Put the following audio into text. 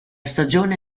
stagione